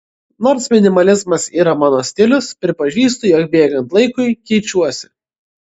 nors minimalizmas yra mano stilius pripažįstu jog bėgant laikui keičiuosi